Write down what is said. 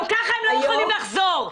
גם כך לא יכולים לחזור.